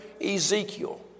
Ezekiel